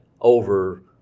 over